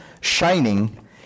shining